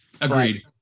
Agreed